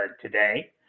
today